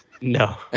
No